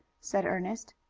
said ernest.